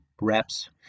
reps